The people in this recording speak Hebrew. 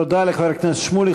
תודה לחבר הכנסת שמולי.